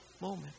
moment